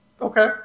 Okay